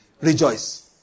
Rejoice